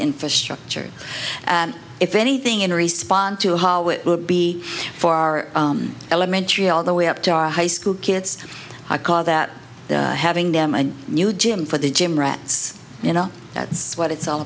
infrastructure and if anything in response to how it would be for our elementary all the way up to our high school kids i call that having them a new gym for the gym rats you know that's what it's all